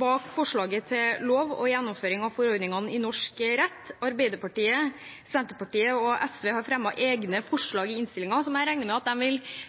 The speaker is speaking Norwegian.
bak forslaget til lov og gjennomføring av forordningene i norsk rett. Arbeiderpartiet, Senterpartiet og SV har fremmet egne forslag i innstillingen, som jeg regner med at